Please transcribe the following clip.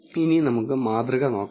ഇനി നമുക്ക് മാതൃക നോക്കാം